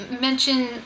mention